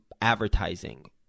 advertising